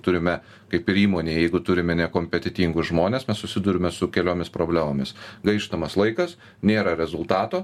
turime kaip ir įmonėj jeigu turime nekompetentingus žmones mes susiduriame su keliomis problemomis gaištamas laikas nėra rezultato